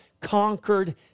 conquered